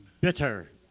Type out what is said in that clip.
bitter